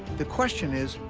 the question is,